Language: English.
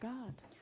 God